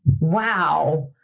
Wow